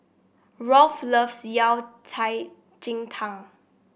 Rolf loves Yao Cai Ji Tang